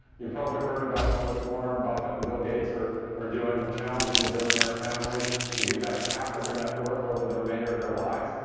you probably heard about what warren buffett and bill gates are are doing with challenging the billionaire families to give back half of their net worth over the remainder of their lives.